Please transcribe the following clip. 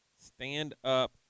stand-up